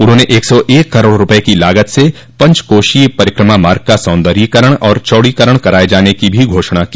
उन्होंने एक सौ एक करोड़ रूपये की लागत से पंचकोषीय परिक्रमा मार्ग का सौन्दर्यीकरण और चौरीकरण कराये जाने की घोषणा की